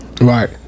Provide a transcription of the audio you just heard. Right